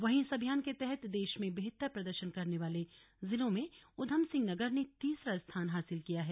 वहीं इस अभियान के तहत देश में बेहतर प्रदर्शन करने वाले जिलों में उधमसिंह नगर ने तीसरा स्थान हासिल किया है